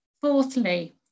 fourthly